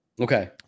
Okay